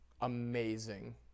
amazing